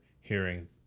hearing